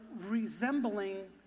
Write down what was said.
resembling